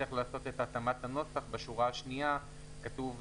נצטרך לעשות את התאמת הנוסח בשורה השנייה כתוב: